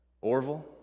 Orville